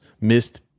missed